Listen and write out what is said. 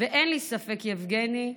ואין לי ספק, יבגני,